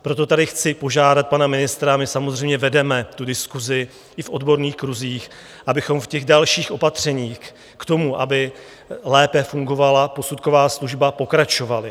Proto tady chci požádat pana ministra, a my samozřejmě vedeme tu diskusi i v odborných kruzích, abychom v těch dalších opatřeních k tomu, aby lépe fungovala posudková služba, pokračovali.